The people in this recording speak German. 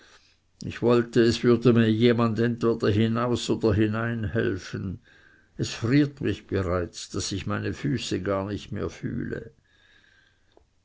ich wollte es würde mir jemand entweder hinaus oder hineinhelfen es friert mich bereits daß ich meine füße gar nicht mehr fühle